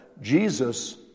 Jesus